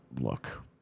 look